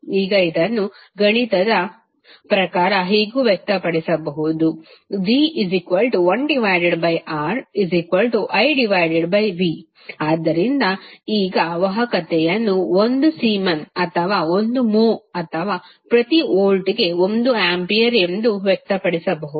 ಈಗ ಇದನ್ನು ಗಣಿತದ ಪ್ರಕಾರ ಹೀಗೂ ವ್ಯಕ್ತಪಡಿಸಬಹುದು G1Riv ಆದ್ದರಿಂದ ಈಗ ವಾಹಕತೆಯನ್ನು 1 ಸೀಮೆನ್ ಅಥವಾ 1 ಮ್ಹೋ ಅಥವಾ ಪ್ರತಿ ವೋಲ್ಟ್ಗೆ ಗೆ 1 ಆಂಪಿಯರ್ ಎಂದು ವ್ಯಕ್ತಪಡಿಸಬಹುದು